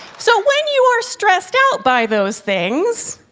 so when you are stressed out by those things,